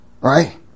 Right